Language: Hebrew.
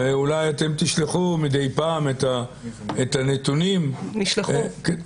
ואולי אתם תשלחו מדי פעם את הנתונים, כדי